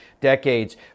decades